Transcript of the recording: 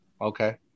okay